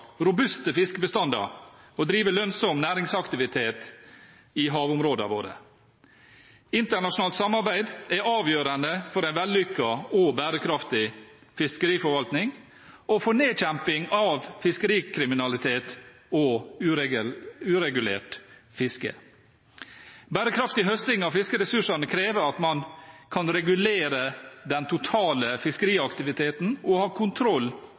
robuste fiskebestander og drive lønnsom næringsaktivitet i havområdene våre. Internasjonalt samarbeid er avgjørende for en vellykket og bærekraftig fiskeriforvaltning og for nedkjemping av fiskerikriminalitet og uregulert fiske. Bærekraftig høsting av fiskeressursene krever at man kan regulere den totale fiskeriaktiviteten og ha kontroll